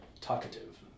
talkative